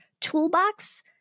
toolbox